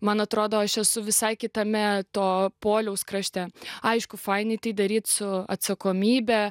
man atrodo aš esu visai kitame to poliaus krašte aišku fainai tai daryti su atsakomybe